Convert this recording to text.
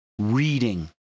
reading